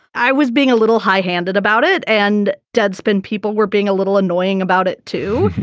i was being a little high handed about it and deadspin people were being a little annoying about it too.